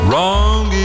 Wrong